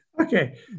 Okay